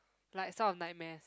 like some of nightmares